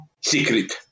secret